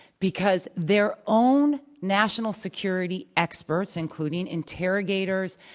because their own national security experts, including interrogators,